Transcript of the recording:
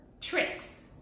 tricks